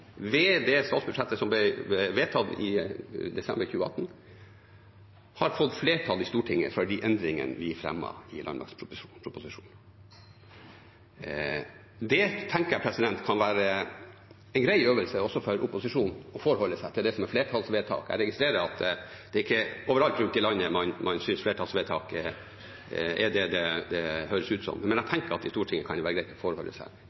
i landmaktproposisjonen. Jeg tenker det kan være en grei øvelse, også for opposisjonen, å forholde seg til det som er flertallsvedtak. Jeg registrerer at det ikke er overalt i landet man synes flertallsvedtak er det det høres ut som, men jeg tenker at i Stortinget kan det være greit å forholde seg